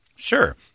Sure